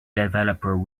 developer